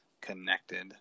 connected